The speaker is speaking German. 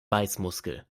beißmuskel